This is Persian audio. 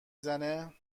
زنه